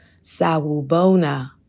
sawubona